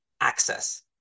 access